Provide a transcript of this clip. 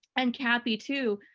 and kathy too